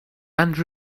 and